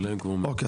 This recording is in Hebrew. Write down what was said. אוקיי,